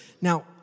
Now